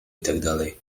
itd